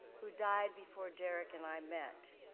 who died before derrick and i met.